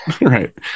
Right